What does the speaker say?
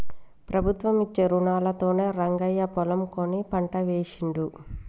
ప్రభుత్వం ఇచ్చే రుణాలతోనే రంగయ్య పొలం కొని పంట వేశిండు